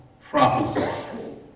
prophecies